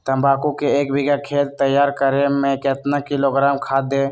तम्बाकू के एक बीघा खेत तैयार करें मे कितना किलोग्राम खाद दे?